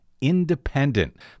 independent